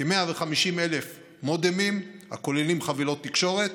כ-150,000 מודמים הכוללים חבילות תקשורת